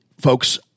folks